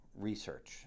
research